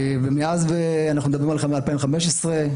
ומאז אנחנו מדברים על 2015,